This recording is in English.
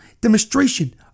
demonstration